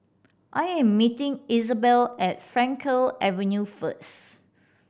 I am meeting Izabelle at Frankel Avenue first